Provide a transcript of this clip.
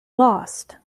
lost